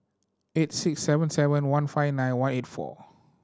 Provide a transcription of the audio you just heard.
eight six seven seven one five nine one eight four